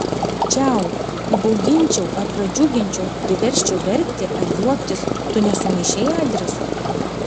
čiau įbauginčiau ar pradžiuginčiau priversčiau verkti ar juoktis tu ne sumaišei adreso